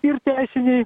ir teisiniai